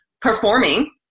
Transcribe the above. performing